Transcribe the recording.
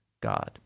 God